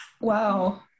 Wow